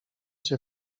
cię